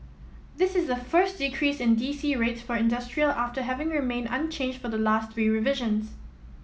this is the first decrease in D C rates for industrial after having remained unchanged for the last three revisions